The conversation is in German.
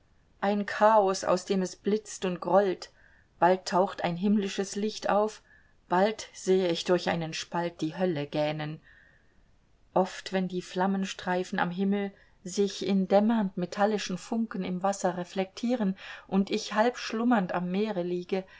ein chaos aus dem es blitzt und grollt bald taucht ein himmlisches licht auf bald sehe ich durch einen spalt die hölle gähnen oft wenn die flammenstreifen am himmel sich in dämmernd metallischen funkeln im wasser reflektieren und ich halbschlummernd am meer liege